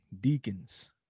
deacons